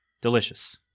Delicious